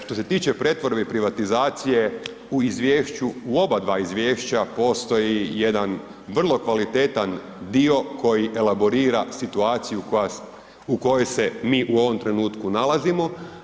Što se tiče pretvorbe i privatizacije, u izvješća, u oba dva izvješća, postoji jedan vrlo kvalitetan dio koji elaborira situaciju u kojoj se mi u ovom trenutku nalazimo.